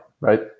right